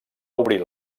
obrir